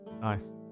nice